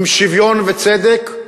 עם שוויון וצדק,